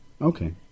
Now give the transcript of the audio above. okay